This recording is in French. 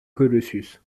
colossus